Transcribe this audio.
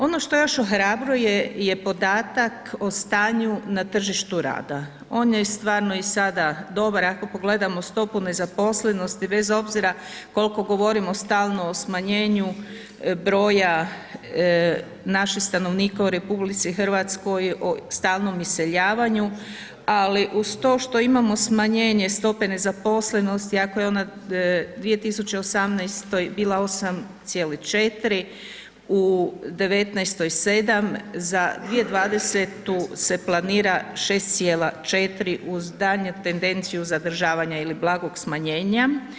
Ono što još ohrabruje je podatak o stanju na tržištu rada, on je stvarno i sada dobar, ako pogledamo stopu nezaposlenosti bez obzira kolko govorimo stalno o smanjenju broja naših stanovnika u RH o stalnom iseljavanju, ali uz to što imamo smanjenje stope nezaposlenosti, ako je ona 2018. bila 8,4, u 2019. 7 za 2020. se planira 6,4 uz daljnju tendenciju zadržavanja ili blagog smanjenja.